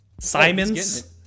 simon's